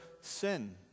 sin